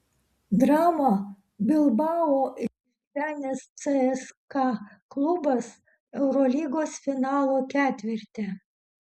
dramą bilbao išgyvenęs cska klubas eurolygos finalo ketverte